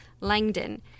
Langdon